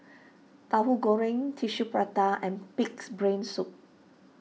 Tahu Goreng Tissue Prata and Pig's Brain Soup